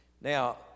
Now